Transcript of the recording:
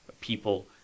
people